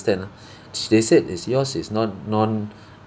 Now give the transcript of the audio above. ~and ah they said is yours is not non